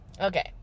Okay